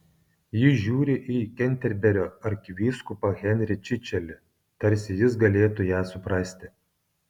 ji žiūri į kenterberio arkivyskupą henrį čičelį tarsi jis galėtų ją suprasti